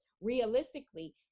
realistically